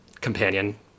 companion